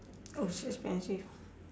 oh so expensive